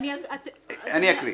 אני אקריא.